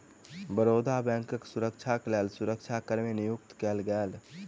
बड़ौदा बैंकक सुरक्षाक लेल सुरक्षा कर्मी नियुक्त कएल गेल